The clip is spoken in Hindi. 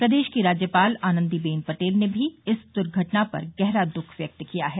प्रदेश की राज्यपाल आनंदी बेन पटेल ने भी इस दुर्घटना पर गहरा दुख व्यक्त किया है